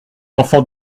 enfant